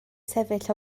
sefyll